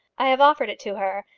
i have offered it to her,